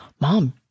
mom